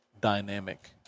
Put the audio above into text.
dynamic